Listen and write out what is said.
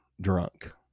drunk